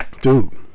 dude